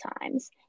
times